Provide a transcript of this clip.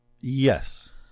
Yes